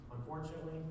unfortunately